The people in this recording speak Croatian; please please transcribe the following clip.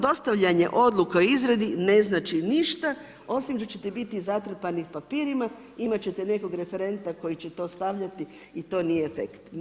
Dostavljanje odluke o izradi ne znači ništa, osim što ćete biti zatrpani papirima, imati ćete nekog referenta koji će to stavljati i to nije efekt.